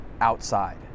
outside